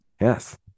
Yes